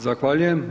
Zahvaljujem.